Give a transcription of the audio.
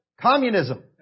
Communism